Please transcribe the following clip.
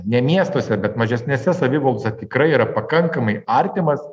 ne miestuose bet mažesnėse savivaldose tikrai yra pakankamai artimas